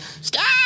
Stop